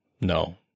No